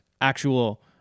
actual